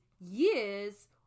years